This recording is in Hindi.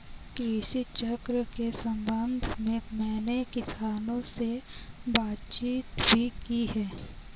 कृषि चक्र के संबंध में मैंने किसानों से बातचीत भी की है